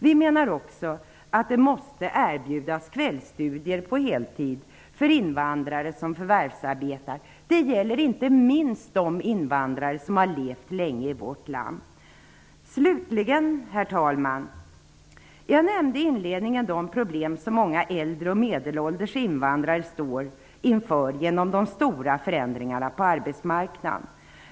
Vi menar också att det måste erbjudas kvällsstudier på heltid för invandrare som förvärvsarbetar. Det gäller inte minst de invandrare som har levt länge i vårt land. Herr talman! Jag nämnde i inledningen de problem som många äldre och medelålders invandrare står inför genom de stora förändringarna på arbetsmarknaden.